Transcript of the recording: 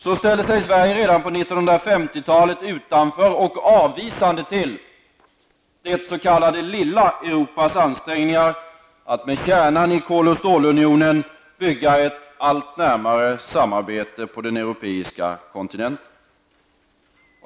Så ställde sig Sverige redan på 1950-talet utanför och avvisande till det s.k. lilla Europas ansträngningar att med kärnan i Kol och stålunionen bygga upp ett allt närmare samarbete på den europeiska kontinenten.